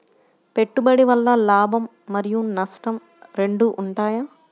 పెట్టుబడి వల్ల లాభం మరియు నష్టం రెండు ఉంటాయా?